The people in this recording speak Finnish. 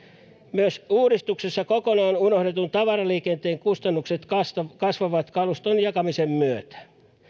myös uudistuksessa kokonaan unohdetun tavaraliikenteen kustannukset kasvavat kasvavat kaluston jakamisen myötä